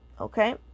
okay